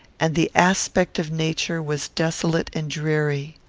and the aspect of nature was desolate and dreary.